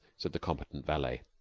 said the competent valet.